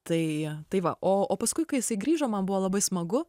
tai tai va o o paskui kai jisai grįžo man buvo labai smagu